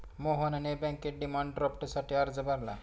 मोहनने बँकेत डिमांड ड्राफ्टसाठी अर्ज भरला